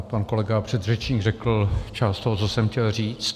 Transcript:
Pan kolega předřečník řekl část toho, co jsem chtěl říci.